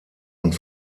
und